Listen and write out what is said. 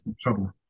trouble